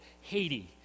Haiti